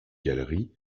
galerie